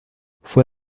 fue